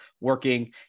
working